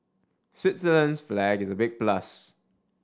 Switzerland's flag is a big plus